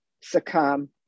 succumb